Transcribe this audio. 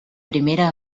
primera